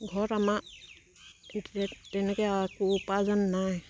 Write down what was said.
ঘৰত আমাৰ তেনেকে আৰু একো উপাৰ্জন নাই